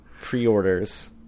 pre-orders